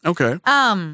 Okay